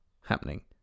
happening